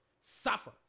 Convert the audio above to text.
suffer